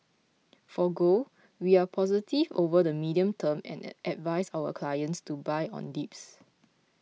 for gold we are positive over the medium term and advise our clients to buy on dips